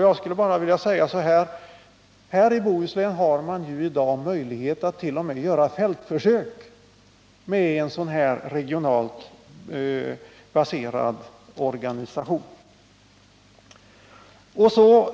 Jag skulle bara vilja påminna om att i Bohuslän har man i dag möjlighet att t.o.m. göra fältförsök med en sådan här regionalt baserad organisation. Så